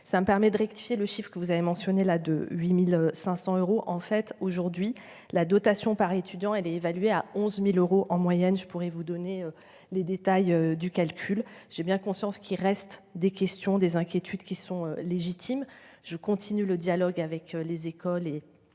ça permet de rectifier le chiffre que vous avez mentionné la de 8500 euros en fait aujourd'hui la dotation par étudiant elle est évalué à 11.000 euros en moyenne. Je pourrais vous donner les détails du calcul. J'ai bien conscience qu'il reste des questions des inquiétudes qui sont légitimes, je continue le dialogue avec les écoles